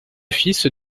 fils